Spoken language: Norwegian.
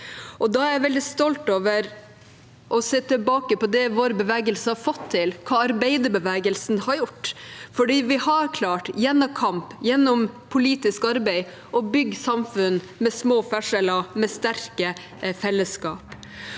er jeg veldig stolt over å se tilbake på det vår bevegelse har fått til, hva arbeiderbevegelsen har gjort. Vi har klart – gjennom kamp, gjennom politisk arbeid – å bygge samfunn med små forskjeller og sterke fellesskap.